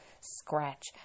scratch